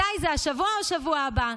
מתי זה, השבוע או שבוע הבא?